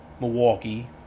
Milwaukee